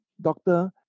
doctor